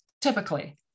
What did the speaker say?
Typically